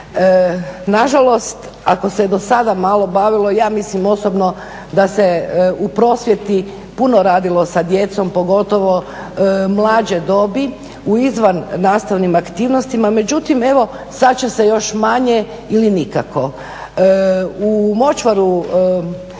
Nažalost ako se do sada malo bavilo ja mislim osobno da se u prosvjeti puno radilo sa djecom, pogotovo mlađe dobi u izvannastavnim aktivnostima, međutim, evo sada će se još manje ili nikako. U močvaru